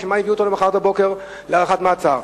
בשביל מה הביאו אותו למחרת בבוקר להארכת מעצר?